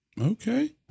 Okay